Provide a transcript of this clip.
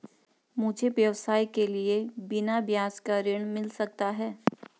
मुझे व्यवसाय के लिए बिना ब्याज का ऋण मिल सकता है?